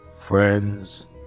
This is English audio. friends